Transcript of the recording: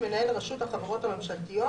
מנהל רשות החברות הממשלתיות,